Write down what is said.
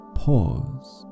pause